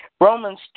Romans